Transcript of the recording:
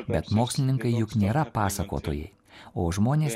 bet mokslininkai juk nėra pasakotojai o žmonės